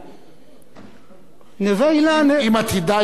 אם עתידה ירושלים להגיע עד דמשק,